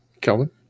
Kelvin